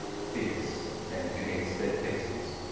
fierce bent against their faces.